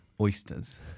Oysters